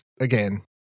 again